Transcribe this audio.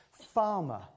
farmer